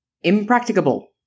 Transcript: Impracticable